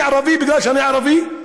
אני ערבי בגלל שאני ערבי.